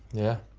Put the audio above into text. yeah.